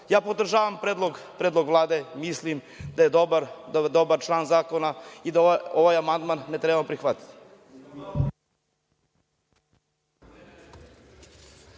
Podržavam predlog Vlade, mislim da je dobar član zakona i da ovaj amandman ne treba prihvatiti.